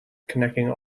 connecting